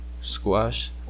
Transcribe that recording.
squash